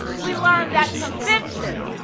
we learned that conviction